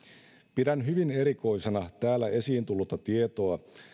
pidän hyvin erikoisena täällä esiin tullutta tietoa